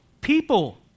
People